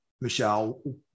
Michelle